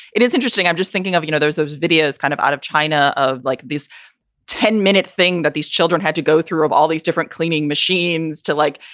it is interesting. i'm just thinking of, you know, there's those videos kind of out of china of like this ten minute thing that these children had to go through of all these different cleaning machines to like,